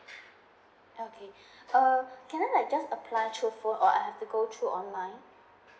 okay err can I like just apply through phone or I have to go through online